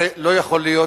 הרי לא יכול להיות